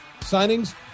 signings